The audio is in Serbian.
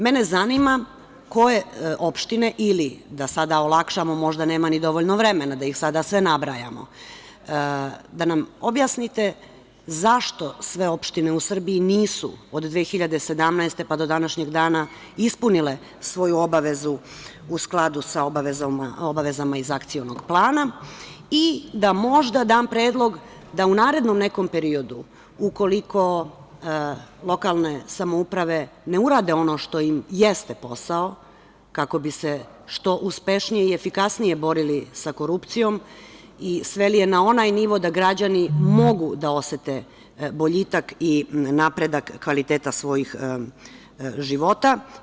Mene zanima, koje opštine ili da sad olakšamo, možda nema ni dovoljno vremena, da ih sada sve nabrajamo, da nam objasnite zašto sve opštine u Srbiji nisu od 2017. godine, pa do današnjeg dana, ispunile svoju obavezu u skladu sa obavezama iz Akcionog plana i da možda dam predlog da u narednom nekom periodu, ukoliko lokalne samouprave ne urade ono što im jeste posao, kako bi se što uspešnije i efikasnije borili sa korupcijom i sveli je na onaj nivo da građani mogu da osete boljitak i napredak kvaliteta svojih života?